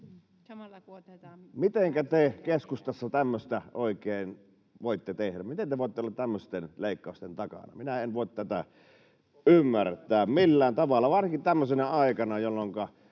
Mitenkä te keskustassa tämmöistä oikein voitte tehdä? Miten te voitte olla tämmöisten leikkausten takana? Minä en voi tätä ymmärtää [Tuomas Kettusen välihuuto] millään tavalla varsinkaan tämmöisenä aikana, jolloinka